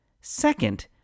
Second